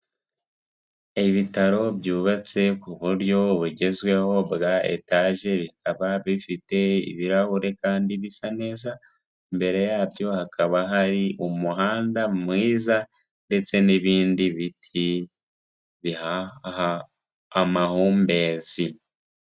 Ibitaro byubatse ku buryo bugezweho bwa etaje bikaba bifite ibirahure kandi bisa neza imbere yabyo hakaba hari umuhanda mwiza ndetse n'ibindi biti bihaha amahumbezi.